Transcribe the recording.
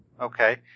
Okay